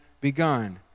begun